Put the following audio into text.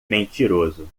mentiroso